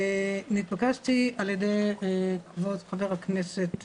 נתבקשתי על ידי כבוד חבר הכנסת